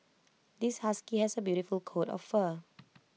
this husky has A beautiful coat of fur